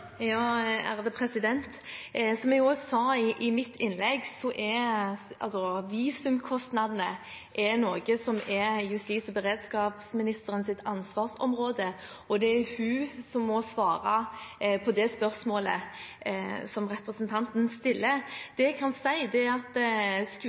Som jeg også sa i mitt innlegg, er visumkostnadene justis- og beredskapsministerens ansvarsområde, og det er hun som må svare på det spørsmålet som representanten stiller.